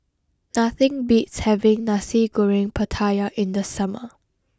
nothing beats having Nasi Goreng Pattaya in the summer